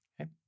Okay